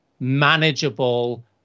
Manageable